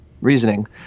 reasoning